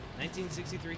1963